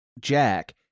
Jack